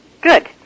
Good